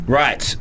right